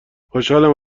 خوشحالم